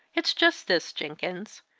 it's just this, jenkins,